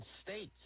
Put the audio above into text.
states